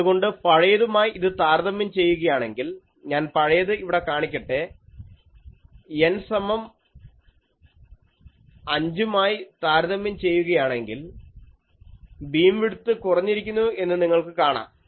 അതുകൊണ്ട് പഴയതുമായി ഇത് താരതമ്യം ചെയ്യുകയാണെങ്കിൽ ഞാൻ പഴയത് ഇവിടെ കാണിക്കട്ടെ N സമം 5 മായി താരതമ്യം ചെയ്യുകയാണെങ്കിൽ ബീംവിഡ്ത്ത് കുറഞ്ഞിരിക്കുന്നു എന്ന് നിങ്ങൾക്ക് കാണാം